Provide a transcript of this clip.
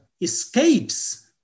escapes